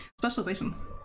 Specializations